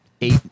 Eight